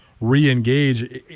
re-engage